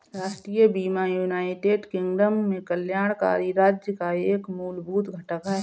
राष्ट्रीय बीमा United Kingdom में कल्याणकारी राज्य का एक मूलभूत घटक है